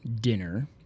dinner